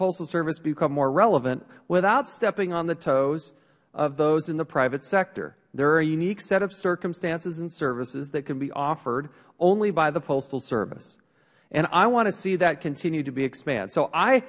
postal service become more relevant without stepping on the toes of those in the private sector there are a unique set of circumstances and services that can be offered only by the postal service and i want to see that continue to be expanded so i